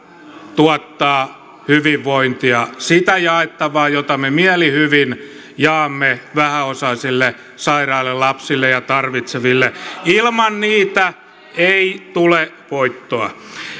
tuottaa hyvinvointia sitä jaettavaa jota me mielihyvin jaamme vähäosaisille sairaille lapsille ja tarvitseville ilman niitä ei tule voittoa